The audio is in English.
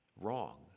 wrong